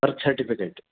birth certificate